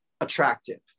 attractive